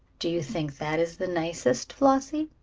do you think that is the nicest, flossie?